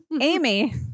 Amy